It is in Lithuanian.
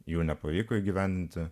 jų nepavyko įgyvendinti